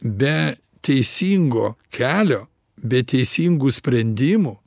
be teisingo kelio be teisingų sprendimų